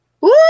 Woo